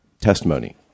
testimony